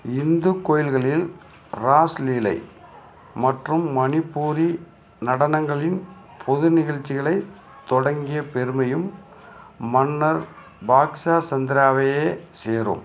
இந்து கோயில்களில் ராஸ் லீலை மற்றும் மணிப்பூரி நடனங்களின் பொது நிகழ்ச்சிகளைத் தொடங்கிய பெருமையும் மன்னர் பாக்ஸாசந்திராவையே சேரும்